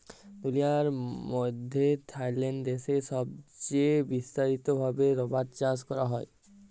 দুলিয়ার মইধ্যে থাইল্যান্ড দ্যাশে ছবচাঁয়ে বিস্তারিত ভাবে রাবার চাষ ক্যরা হ্যয়